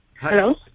Hello